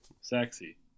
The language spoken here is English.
Sexy